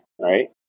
right